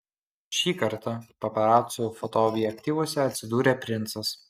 šį kartą paparacų fotoobjektyvuose atsidūrė princas